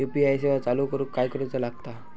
UPI सेवा चालू करूक काय करूचा लागता?